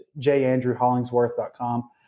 jandrewhollingsworth.com